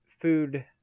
food